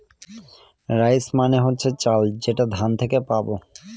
rice মানে হচ্ছে চাল যেটা ধান থেকে পাবো